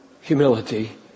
humility